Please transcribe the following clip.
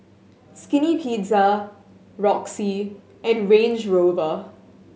Skinny Pizza Roxy and Range Rover